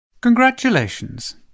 Congratulations